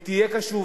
היא תהיה קשובה,